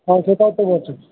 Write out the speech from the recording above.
হ্যাঁ সেটাও তো বটে